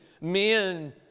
men